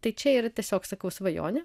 tai čia yra tiesiog sakau svajonė